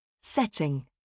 Setting